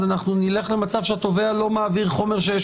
אז נלך למצב שהתובע לא מעביר חומר שיש